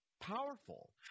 powerful